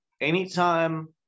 Anytime